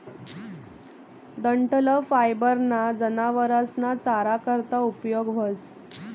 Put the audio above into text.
डंठल फायबर ना जनावरस ना चारा करता उपयोग व्हस